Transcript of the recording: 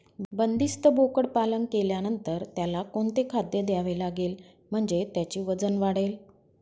बंदिस्त बोकडपालन केल्यानंतर त्याला कोणते खाद्य द्यावे लागेल म्हणजे त्याचे वजन वाढेल?